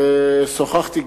ושוחחתי,